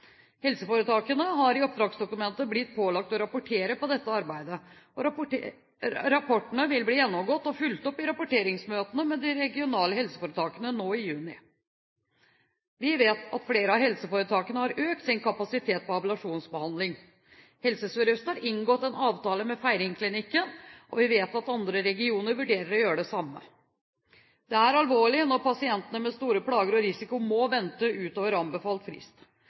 Helseforetakene har i oppdragsdokumentet blitt pålagt å rapportere på dette arbeidet, og rapportene vil bli gjennomgått og fulgt opp i rapporteringsmøtene med de regionale helseforetakene nå i juni. Vi vet at flere av helseforetakene har økt sin kapasitet på ablasjonsbehandling. Helse Sør-Øst har inngått en avtale med Feiringklinikken, og vi vet at andre helseregioner vurderer å gjøre det samme. Det er alvorlig når pasienter med store plager og risiko må vente utover anbefalt frist.